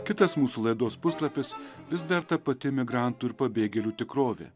kitas mūsų laidos puslapis vis dar ta pati migrantų ir pabėgėlių tikrovė